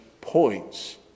Points